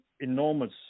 enormous